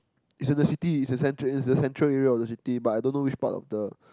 it's in the city it's the central it's the central area of the city but I don't know which part of the